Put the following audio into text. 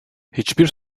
hiçbir